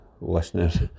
listeners